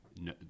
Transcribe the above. no